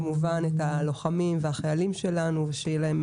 כמובן את הלוחמים והחיילים שלנו ושיהיה להם